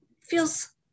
Feels